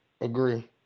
Agree